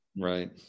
Right